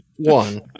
one